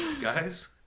Guys